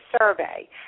survey